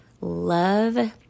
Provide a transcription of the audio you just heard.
love